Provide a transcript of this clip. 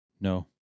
No